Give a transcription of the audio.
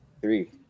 three